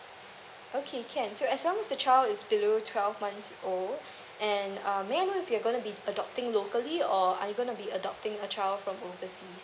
okay can so as long as the child is below twelve months old and um may I know if you're gonna be adopting locally or are you gonna be adopting a child from overseas